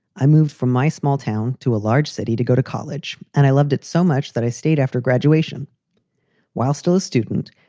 i moved from my small town to a large city to go to college, and i loved it so much that i stayed. after graduation while still a student,